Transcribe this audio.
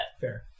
Fair